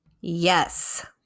Yes